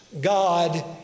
God